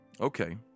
Okay